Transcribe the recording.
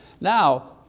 Now